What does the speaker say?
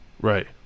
Right